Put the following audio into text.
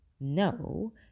No